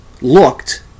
looked